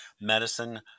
medicine